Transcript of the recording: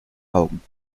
augen